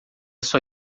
sua